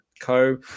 co